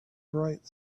bright